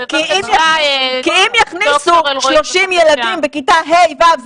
כי אם יכניסו 30 ילדים בכיתה ה' ו',